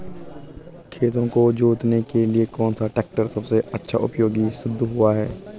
खेतों को जोतने के लिए कौन सा टैक्टर सबसे अच्छा उपयोगी सिद्ध हुआ है?